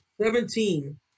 Seventeen